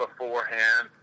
Beforehand